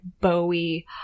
Bowie